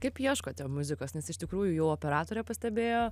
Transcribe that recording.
kaip ieškote muzikos nes iš tikrųjų jau operatorė pastebėjo